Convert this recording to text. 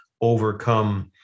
overcome